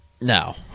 no